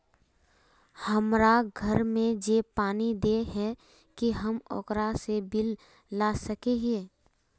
हमरा घर में जे पानी दे है की हम ओकरो से बिल ला सके हिये?